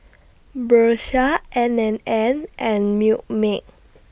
Bershka N and N and Milkmaid